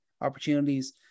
opportunities